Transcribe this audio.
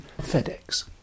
FedEx